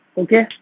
okay